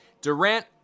Durant